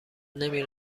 نمی